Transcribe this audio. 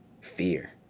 fear